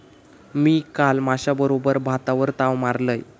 मी काल माश्याबरोबर भातावर ताव मारलंय